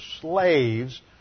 slaves